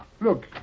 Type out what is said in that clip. Look